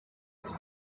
them